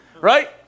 Right